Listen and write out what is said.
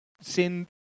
send